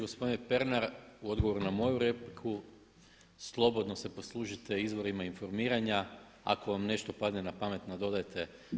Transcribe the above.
Gospodine Pernar u odgovoru na moju repliku slobodno se poslužite izvorima informiranja ako vam nešto padne na pamet nadodajte.